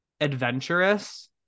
adventurous